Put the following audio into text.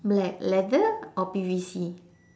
black leather or P_V_C